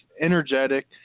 energetic